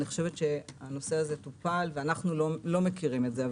הנושא הזה טופל ואנו לא מכירים את זה.